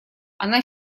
она